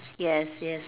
yes yes